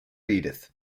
edith